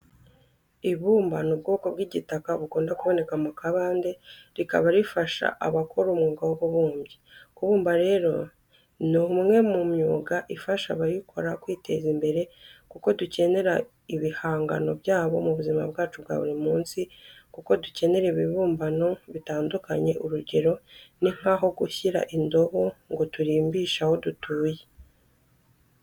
Ibumba ni ubwoko bw'igitaka bukunda kuboneka mu kabande rikaba rifasha abakora umwuga w'ububumbyi. Kubumba rero ni umwe mu myuga ifasha abayikora kwiteza imbere kuko dukenera ibihangano byabo mu buzima bwacu bwa buri munsi, kuko dukenera ibibumbano bitandukanye, urugero ni nk'aho gushyira indabo ngo turimbishe aho dutuye.